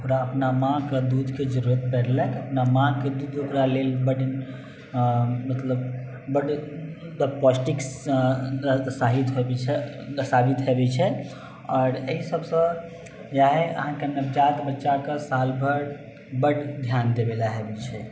ओकरा अपना माँके दूधके जरुरत पड़लै अपना माँके दूध ओकरा लेल बड्ड मतलब बड्ड बड्ड पौष्टिक साबित होइत छै आओर एहि सबसँ या अहाँकेँ नवजात बच्चाके साल भर बड्ड ध्यान देबे ला होइत छै